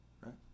Right